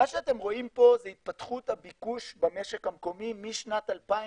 מה שאתם רואים פה זה התפתחות הביקוש במשק המקומי משנת 2005,